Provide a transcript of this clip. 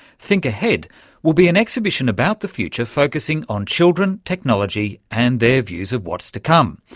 think ahead will be an exhibition about the future focussing on children, technology and their views of what's to come.